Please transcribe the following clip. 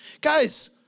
Guys